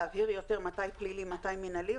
להבהיר יותר מתי פלילי ומתי מינהלי,